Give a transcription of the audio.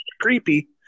creepy